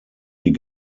die